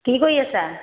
কি কৰি আছা